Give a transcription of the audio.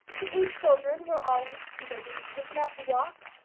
the eight children were always either being taken out to walk,